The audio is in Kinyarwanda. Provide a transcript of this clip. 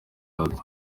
arthur